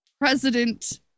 President